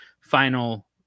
final